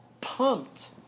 pumped